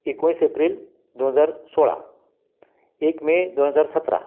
एकोणीस एप्रिल दोन हजार सोळा एक मे दोन हजार सतरा